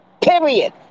Period